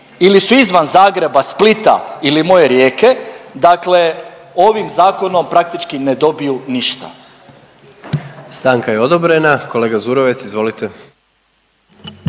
ili su izvan Zagreba, Splita ili moje Rijeke, dakle ovim Zakonom praktički ne dobiju ništa. **Jandroković, Gordan (HDZ)** Stanka je odobrena. Kolega Zurovec, izvolite.